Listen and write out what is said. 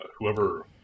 whoever